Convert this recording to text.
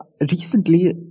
recently